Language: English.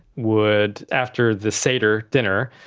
would, after the seder dinner,